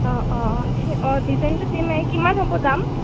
অঁ অঁ অঁ ডিজাইনটো দিমেই কিমান হ'ব দাম